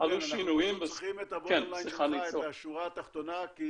אנחנו צריכים את השורה התחתונה שלך,